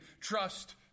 trust